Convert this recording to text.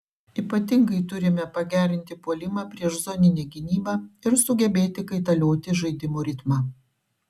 ypatingai turime pagerinti puolimą prieš zoninę gynybą ir sugebėti kaitalioti žaidimo ritmą